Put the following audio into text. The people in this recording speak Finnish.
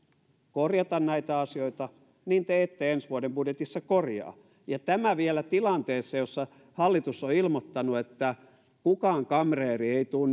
korjata näitä asioita te ette ensi vuoden budjetissa korjaa ja tämä vielä tilanteessa jossa hallitus on ilmoittanut että kukaan kamreeri ei tule